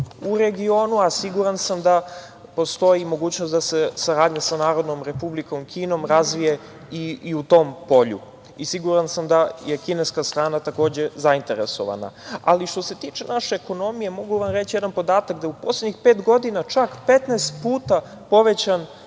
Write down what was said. u regionu, a siguran sam da postoji i mogućnost da se saradnja sa Narodnom Republikom Kinimo razvije i u tom polju. Siguran sam da je kineska strana takođe zainteresovana. Ali, što se tiče naše ekonomije, mogu vam reći jedan podatak da u poslednjih pet godina čak je 15 puta povećan